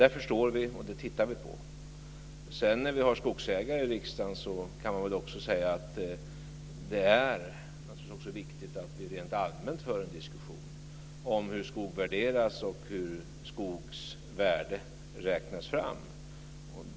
Det förstår vi, och det tittar vi på. När vi nu har skogsägare i riksdagen vill jag också säga att det är naturligtvis viktigt att vi rent allmänt för en diskussion om hur skog värderas och om hur skogens värde räknas fram.